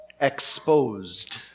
Exposed